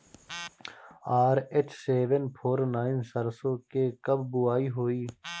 RH seven four nine सरसो के कब बुआई होई?